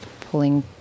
pulling